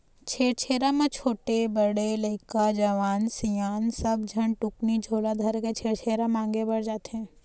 छेरछेरा म छोटे, बड़े लइका, जवान, सियान सब झन टुकनी झोला धरके छेरछेरा मांगे बर जाथें